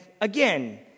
again